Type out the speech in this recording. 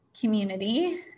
community